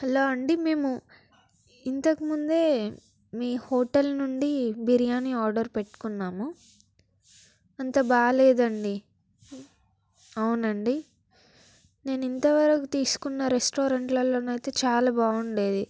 hello అండి మేము ఇంతకుముందే మీ హోటల్ నుండి బిర్యానీ ఆర్డర్ పెట్టుకున్నాము అంత బాగాలేదండి అవునండి నేను ఇంతవరకు తీసుకున్న రెస్టారెంట్లలోనైతే చాలా బాగుండేది